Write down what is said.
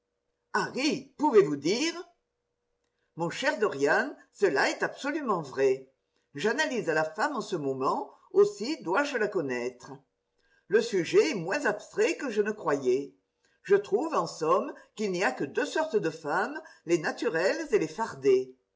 harry pouvez-vous dire mon cher dorian cela est absolument vrai j'analyse la femme en ce moment aussi dois-je la connaître le sujet est moins abstrait que je ne croyais je trouve en somme qu'il n'y a que deux sortes de femmes les naturelles et les fardées